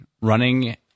running